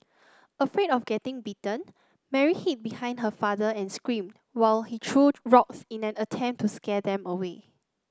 afraid of getting bitten Mary hid behind her father and screamed while he threw rocks in an attempt to scare them away